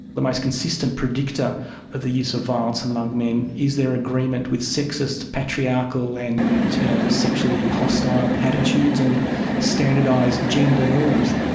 the most consistent predictor of the use of violence among men is their agreement with sexist, patriarchal, and yeah sexually hostile attitudes and standardised gender norms.